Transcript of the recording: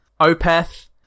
Opeth